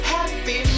Happy